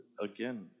Again